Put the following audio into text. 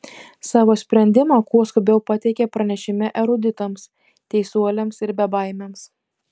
savo sprendimą kuo skubiau pateikė pranešime eruditams teisuoliams ir bebaimiams